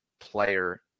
player